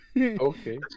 Okay